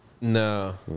No